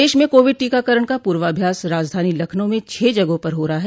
प्रदेश में कोविड टीकाकरण का पूर्वाभ्यास राजधानी लखनऊ में छह जगहों पर हो रहा है